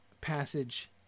passage